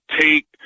take